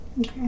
Okay